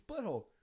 butthole